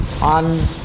on